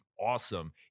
awesome